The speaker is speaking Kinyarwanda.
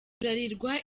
bralirwa